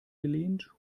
gelehnt